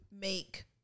make